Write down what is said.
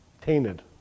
tainted